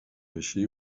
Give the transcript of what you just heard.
així